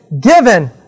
given